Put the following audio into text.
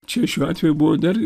čia šiuo atveju buvo dar